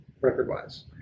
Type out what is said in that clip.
record-wise